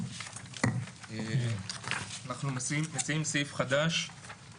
אנחנו מציעים סעיף חדש,